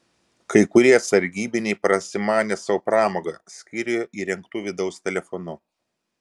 kai kurie sargybiniai prasimanė sau pramogą skyriuje įrengtu vidaus telefonu